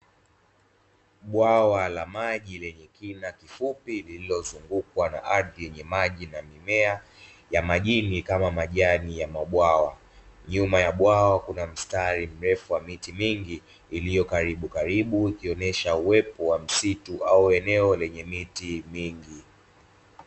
Bwawa la maji lenye kina kifupi liliozungukwa na ardhi yenye maji na mimea ya majini kama majani ya mabwawa. Nyuma ya bwawa kuna mstari mrefu wa miti mingi iliyo karibukaribu ikionyesha uwepo wa msitu au eneo lenye miti mingi.